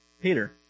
Peter